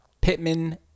Pittman